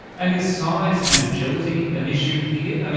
and is size and agility an issue here?